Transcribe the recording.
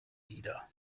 wieder